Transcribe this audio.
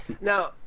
Now